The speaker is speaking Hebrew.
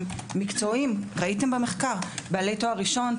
מקצועיים ראיתם במחקר בעלי תואר ראשון,